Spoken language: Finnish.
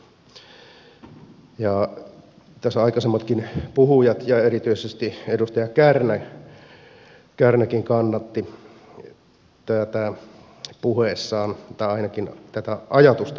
tässä aikaisemmatkin puhujat kannattivat ja erityisesti edustaja kärnäkin kannatti tätä puheessaan tai ainakin tätä ajatusta puheessaan